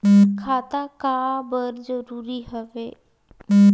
खाता का बर जरूरी हवे?